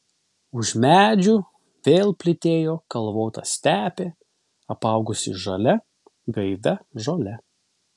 už medžių vėl plytėjo kalvota stepė apaugusi žalia gaivia žole